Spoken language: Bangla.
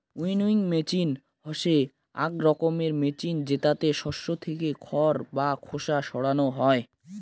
উইনউইং মেচিন হসে আক রকমের মেচিন জেতাতে শস্য থেকে খড় বা খোসা সরানো হই